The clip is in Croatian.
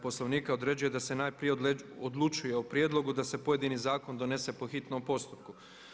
Poslovnika određuje da se najprije odlučuje o prijedlogu da se pojedini zakon donese po hitnom postupku.